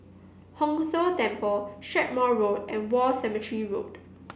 Hong Tho Temple Strathmore Road and War Cemetery Road